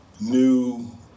new